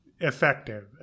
effective